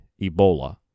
Ebola